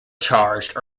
charged